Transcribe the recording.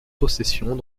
possessions